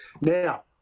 Now